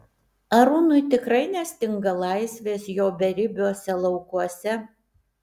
arūnui tikrai nestinga laisvės jo beribiuose laukuose